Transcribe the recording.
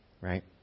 Right